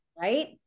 Right